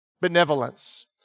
benevolence